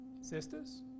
Sisters